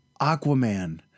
Aquaman